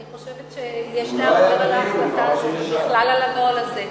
אני חושבת שיש לערער על ההחלטה הזאת ובכלל על הנוהל הזה,